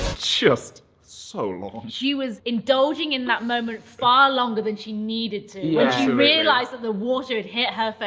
just so long. she was indulging in that moment far longer than she needed to once you realized that the water had hit her face.